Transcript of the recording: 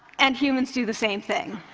and humans do the same thing.